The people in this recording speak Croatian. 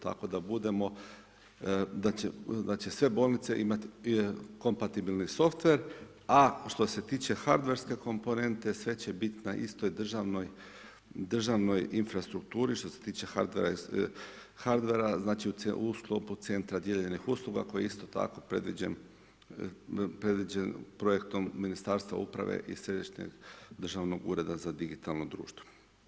Tako da budemo, da će sve bolnice imati kompatibilni softver, a što se tiče hardverske komponente, sve će biti na istoj državnoj infrastrukturi što se tiče hardvera, znači u sklopu Centra dijeljenih usluga koje je isto tako predviđen projektom Ministarstva uprave i središnjeg državnog ureda za digitalno društvo.